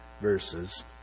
verses